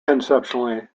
conceptually